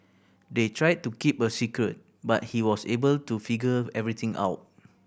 they tried to keep a secret but he was able to figure everything out